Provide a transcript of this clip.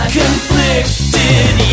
conflicted